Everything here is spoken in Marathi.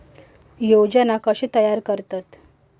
योजना कशे तयार करतात?